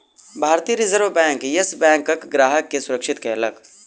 भारतीय reserve bank, yes बैंकक ग्राहक के सुरक्षित कयलक